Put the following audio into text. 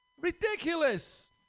Ridiculous